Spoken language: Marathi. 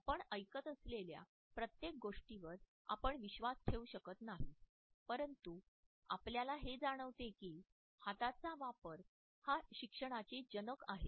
आपण ऐकत असलेल्या प्रत्येक गोष्टीवर आपण विश्वास ठेवू शकत नाही परंतु आपल्याला हे जाणवते की हाताचा वापर हा शिक्षणाचे जनक आहे